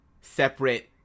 separate